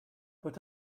but